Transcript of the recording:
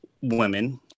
women